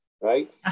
right